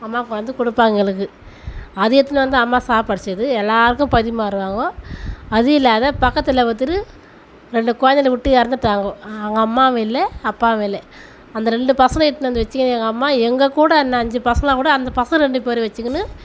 அம்மாவுக்கு வந்து கொடுப்பா எங்களுக்கு அதை எடுத்துனு வந்து அம்மா சாப்பாடு செய்து எல்லாேருக்கும் பரிமாறுவாங்க அது இல்லாது பக்கத்தில் ஒருத்தர் ரெண்டு குழந்தைங்கள விட்டு இறந்துட்டாங்கோ அவங்க அம்மாவும் இல்லை அப்பாவும் இல்லை அந்த ரெண்டு பசங்களையும் இட்னு வந்து வச்சுக்கினு எங்கள் அம்மா எங்கள் கூட இன்னும் அஞ்சு பசங்கள் கூட அந்த பசங்கள் ரெண்டு பேரை வச்சுக்கினு